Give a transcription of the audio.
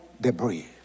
debris